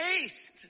taste